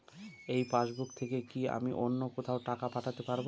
এই পাসবুক থেকে কি আমি অন্য কোথাও টাকা পাঠাতে পারব?